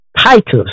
Titus